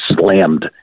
slammed